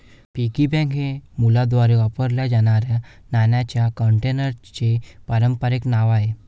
piggy bank हे मुलांद्वारे वापरल्या जाणाऱ्या नाण्यांच्या कंटेनरचे पारंपारिक नाव आहे